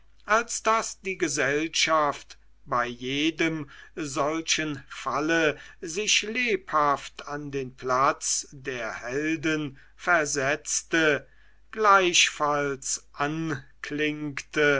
als daß die gesellschaft bei jedem solchen falle sich lebhaft an den platz der helden versetzte gleichfalls anklingte